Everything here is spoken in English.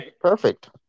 perfect